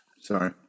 Sorry